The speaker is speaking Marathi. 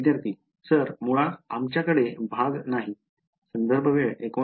विद्यार्थीः सर मुळात आमच्याकडे भाग नाही संदर्भ वेळ १९